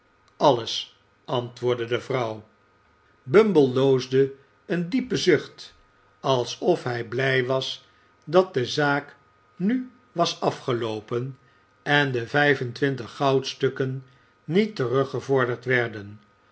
alles antwoordde de vrouw bumble loosde een diepen zucht alsof hij blij was dat de zaak nu was afgeloopen en de vijf en twintig goudstukken niet teruggevorderd werden